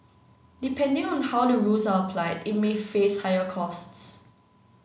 depending on how the rules are applied it may face higher costs